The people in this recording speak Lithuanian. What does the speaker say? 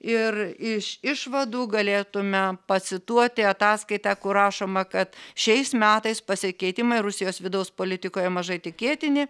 ir iš išvadų galėtume pacituoti ataskaitą kur rašoma kad šiais metais pasikeitimai rusijos vidaus politikoje mažai tikėtini